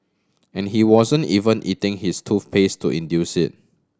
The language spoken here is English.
and he wasn't even eating his toothpaste to induce it